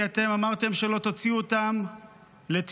כי אתם אמרתם שלא תוציאו אותם לטיולים,